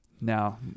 now